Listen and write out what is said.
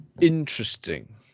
Interesting